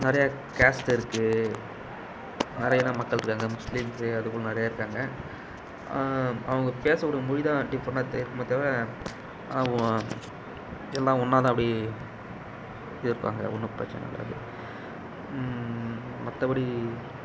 நிறையா கேஸ்ட் இருக்குது நிறையா இன மக்கள் இருக்காங்க முஸ்லீம்ஸ் அதுபோல் நிறைய இருக்காங்க அவங்க பேசக்கூடிய மொழிதான் டிஃப்ரெண்டாக இருக்குது மற்றபடி அவங்க எல்லாம் ஒன்றாதான் அப்படி இருப்பாங்க ஒன்னும் பிரச்சனை இல்லை அது மற்றபடி